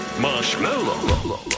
Marshmallow